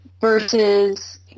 versus